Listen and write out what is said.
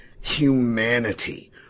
Humanity